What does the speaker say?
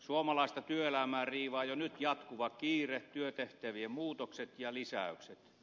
suomalaista työelämää riivaa jo nyt jatkuva kiire työtehtävien muutokset ja lisäykset